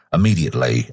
Immediately